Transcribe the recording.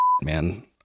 man